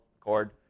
cord